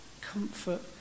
comfort